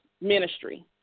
ministry